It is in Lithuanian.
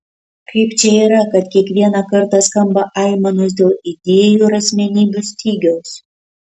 kaip čia yra kad kiekvieną kartą skamba aimanos dėl idėjų ir asmenybių stygiaus